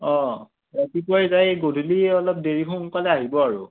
অ' ৰাতিপুৱাই যাই গধূলী অলপ দেৰি সোনকালে আহিব আৰু